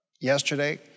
yesterday